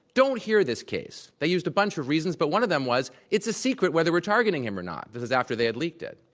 don't hear this case. they used a bunch of reasons, but one of them was, it's a secret whether we're targeting him or not. this was after they had leaked it.